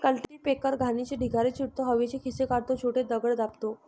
cultipacker घाणीचे ढिगारे चिरडतो, हवेचे खिसे काढतो, छोटे दगड दाबतो